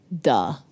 duh